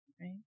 Right